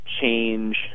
change